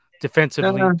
Defensively